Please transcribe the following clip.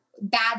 bad